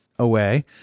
Away